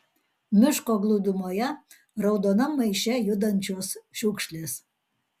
miško glūdumoje raudonam maiše judančios šiukšlės